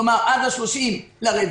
כלומר עד ה-30 באפריל,